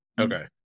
Okay